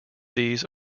these